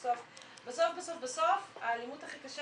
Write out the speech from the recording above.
ואנחנו נעלה שוב את ההצבעה לוועדת חקירה.